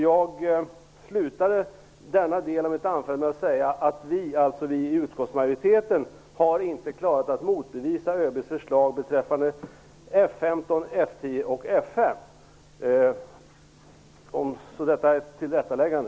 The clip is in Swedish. Jag slutade mitt anförande i denna del med att säga att vi i utskottsmajoriteten inte klarat att motbevisa Överbefälhavarens förslag beträffande F 15, F 10 och F 5. Detta är ett tillrättaläggande.